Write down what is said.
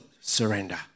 Surrender